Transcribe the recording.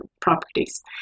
properties